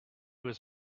was